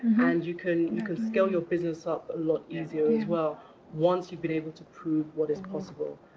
and you can you can scale your business up a lot easier as well once you've been able to prove what is possible.